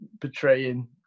portraying